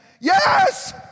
Yes